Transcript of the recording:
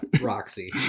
Roxy